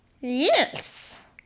Yes